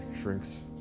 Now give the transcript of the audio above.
shrinks